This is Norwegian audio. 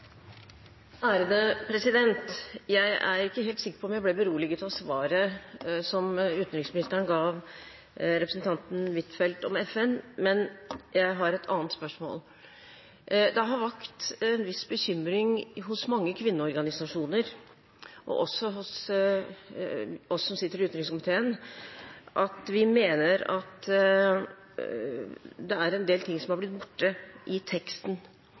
Jeg er ikke helt sikker på om jeg ble beroliget av svaret som utenriksministeren ga representanten Huitfeldt om FN. Men jeg har et annet spørsmål. Det har vakt en viss bekymring hos mange kvinneorganisasjoner og også hos oss som sitter i utenrikskomiteen, at det er en del ting som har blitt borte i teksten